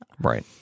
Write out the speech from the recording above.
Right